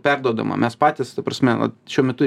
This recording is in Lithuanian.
perduodama mes patys ta prasme vat šiuo metu